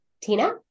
Tina